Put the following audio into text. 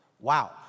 Wow